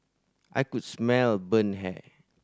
I could smell burnt hair